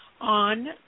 On